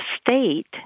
state